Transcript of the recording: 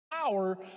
power